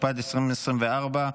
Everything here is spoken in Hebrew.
התשפ"ד 2024,